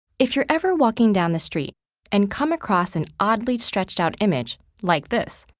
if you're ever walking down the street and come across an oddly stretched out image, like this,